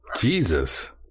Jesus